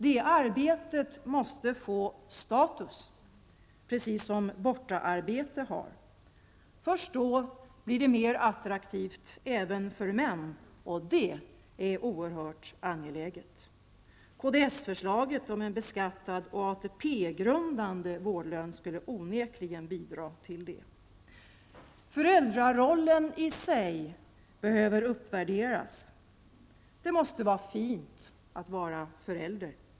Det arbetet måste få status, precis som bortaarbete har. Först då blir det mer attraktivt även för män, och det är oerhört angeläget. Kds-förslaget om en beskattad och ATP grundande vårdlön skulle onekligen bidra till det. Föräldrarollen i sig behöver uppvärderas. Det måste vara fint att vara förälder.